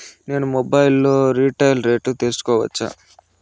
నేను మొబైల్ లో రీటైల్ రేట్లు తెలుసుకోవచ్చా?